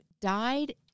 died